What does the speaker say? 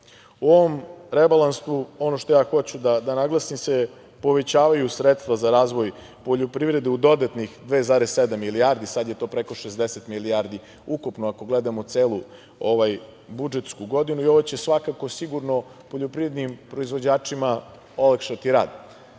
U ovom rebalansu, ono što hoću da naglasim, povećavaju se sredstva za razvoj poljoprivrede u dodatnih 2,7 milijardi, sada je to preko 60 milijardi ukupno, ako gledamo celu budžetsku godinu. Ovo će svakako sigurno poljoprivrednim proizvođačima olakšati